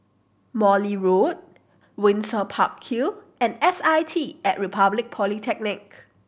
Morley Road Windsor Park Hill and S I T At Republic Polytechnic